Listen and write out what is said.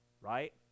right